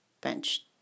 bench